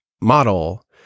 model